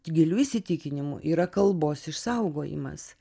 giliu įsitikinimu yra kalbos išsaugojimas